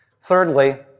Thirdly